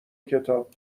کتاب